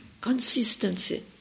Consistency